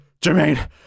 Jermaine